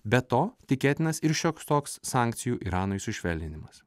be to tikėtinas ir šioks toks sankcijų iranui sušvelninimas